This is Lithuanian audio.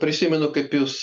prisimenu kaip jūs